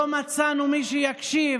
לא מצאנו מי שיקשיב,